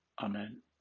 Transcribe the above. amen